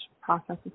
processes